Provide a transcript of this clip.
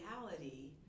Reality